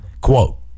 quote